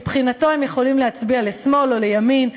מבחינתו הם יכולים להצביע לשמאל או לימין.